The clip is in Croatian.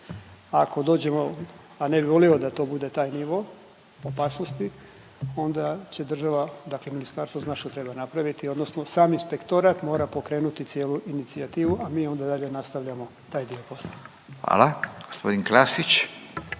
ako dođemo, a ne bi volio da to bude taj nivo opasnosti, onda će država, dakle ministarstvo zna šta treba napraviti odnosno sam inspektorat mora pokrenuti cijelu inicijativu, a mi onda dalje nastavljamo taj dio posla. **Radin, Furio